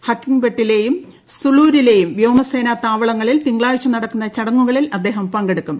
ഹക്കിംപെട്ടിലെയും സുളൂരിലെയും വ്യോമസേനാത്താവളങ്ങളിൽ തിങ്കളാഴ്ച നടക്കുന്ന ചടങ്ങുകളിൽ അദ്ദേഹം പങ്കെടുക്കും